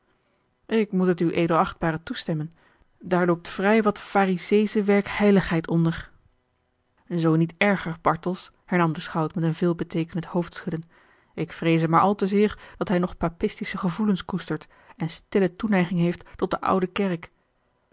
ik moet het uw edel achtbare toestemmen daar loopt vrij wat farizeesche werkheiligheid onder zoo niet erger bartels hernam de schout met een veelbeteekenend hoofdschudden ik vreeze maar al te zeer dat hij nog papistische gevoelens koestert en stille toeneiging heeft tot de oude kerk